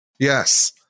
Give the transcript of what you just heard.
Yes